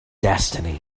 destiny